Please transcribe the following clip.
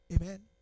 Amen